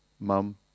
mum